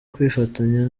kwifatanya